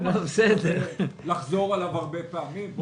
לא משהו שצריך לחזור עליו הרבה פעמים.